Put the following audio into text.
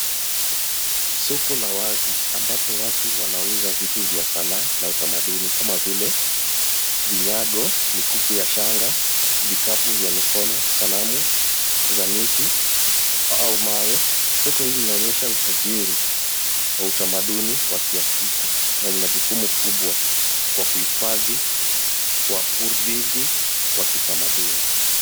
Soko la wazi ambapo watu wanauza vitu vya sanaa na utamaduni kama vile vinyago, mikufu ya shanga, vikapu vya mikono, sanamu za miti au mawe. Soko hili linaonyesha utajiri wa utamaduni wa kiafrika na lina jukumu kubwa kwa kuhifadhi kwa urudhi wa kitamaduni.